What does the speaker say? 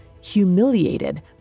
Humiliated